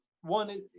one